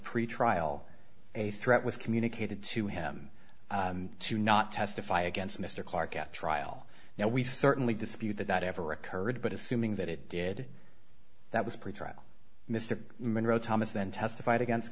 pretrial a threat was communicated to him to not testify against mr clarke at trial now we certainly dispute that that ever occurred but assuming that it did that was pretrial mr monroe thomas then testified against